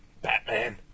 Batman